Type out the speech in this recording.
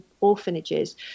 orphanages